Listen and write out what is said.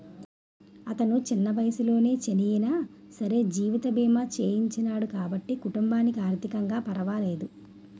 అతను చిన్న వయసులోనే చనియినా సరే జీవిత బీమా చేయించినాడు కాబట్టి కుటుంబానికి ఆర్ధికంగా పరవాలేదు